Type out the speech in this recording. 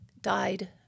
died